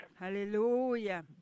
Hallelujah